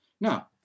Now